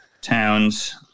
towns